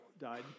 died